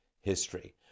history